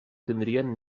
tindrien